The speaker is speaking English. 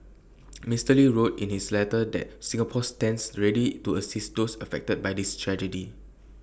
Mister lee wrote in his letter that Singapore stands ready to assist those affected by this tragedy